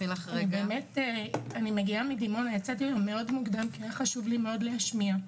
אני מגיעה מדימונה ויצאתי מוקדם בבוקר כי היה חשוב לי מאוד להשמיע.